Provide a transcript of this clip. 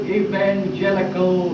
evangelical